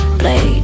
play